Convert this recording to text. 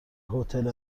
هتل